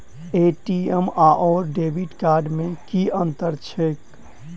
ATM आओर debit card मे की अंतर छैक?